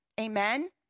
amen